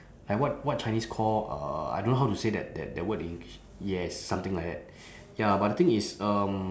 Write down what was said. like what what chinese call uh I don't know how to say that that that word in yes something like that ya but the thing is um